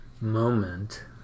moment